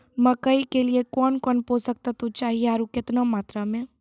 मकई के लिए कौन कौन पोसक तत्व चाहिए आरु केतना मात्रा मे?